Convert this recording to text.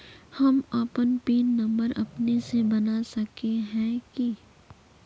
हम अपन pin number अपने से बना सके है की?